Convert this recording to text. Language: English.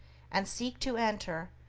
and seek to enter,